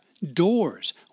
doors